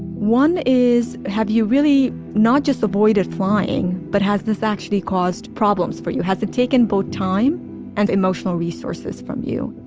one is have you really not just avoided flying, but has this actually caused problems for you? has it taken both time and emotional resources from you?